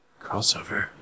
Crossover